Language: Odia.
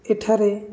ଏଠାରେ